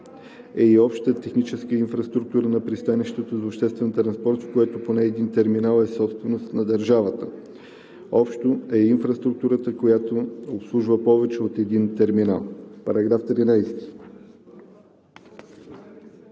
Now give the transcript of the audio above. е и общата техническа инфраструктура на пристанище за обществен транспорт, в което поне един терминал е собственост на държавата. Обща е инфраструктурата, която обслужва повече от един терминал.“ По § 13